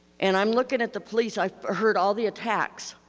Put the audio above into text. and i'm looking at the police, i've heard all the attacks,